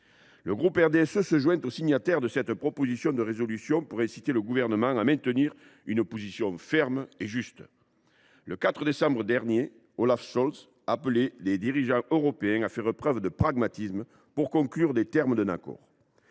Le RDSE se joint donc aux signataires de cette proposition de résolution pour inciter le Gouvernement à maintenir une position ferme et juste. Le 4 décembre dernier, Olaf Scholz appelait les dirigeants européens à faire preuve de « pragmatisme » pour trouver les termes d’un accord.